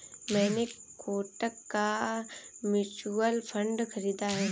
मैंने कोटक का mutual fund खरीदा है